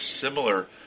similar